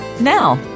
Now